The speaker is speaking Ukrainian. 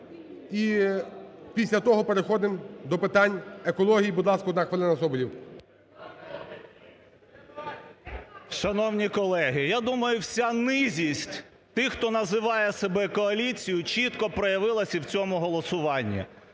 і після того переходимо до питань екології. Будь ласка, одна хвилина, Соболєв. 17:24:35 СОБОЛЄВ С.В. Шановні колеги! Я думаю вся низість тих хто називає себе коаліцією чітко проявилась і в цьому голосуванні.